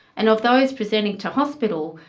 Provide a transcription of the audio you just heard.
and of those presenting to hospital,